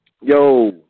Yo